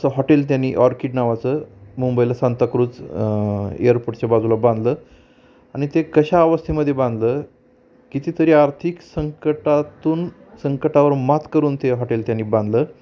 असं हॉटेल त्यानी ऑर्किड नावाचं मुंबईला सांताक्रूज एअरपोर्टच्या बाजूला बांधलं आणि ते कशा अवस्थेमध्ये बांधलं कितीतरी आर्थिक संकटातून संकटावर मात करून ते हॉटेल त्यानी बांधलं